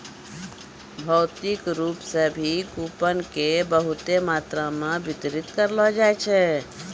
भौतिक रूप से भी कूपन के बहुते मात्रा मे वितरित करलो जाय छै